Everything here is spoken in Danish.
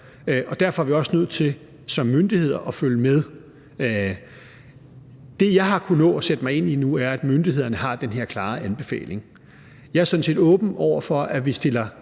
Derfor er vi også nødt til som myndigheder at følge med. Det, jeg har kunnet nå at sætte mig ind i nu, er, at myndighederne har den her klare anbefaling. Jeg er sådan set åben over for, at vi stiller